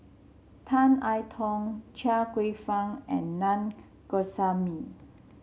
Tan I Tong Chia Kwek Fah and Na Govindasamy